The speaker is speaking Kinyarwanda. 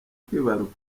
kwibaruka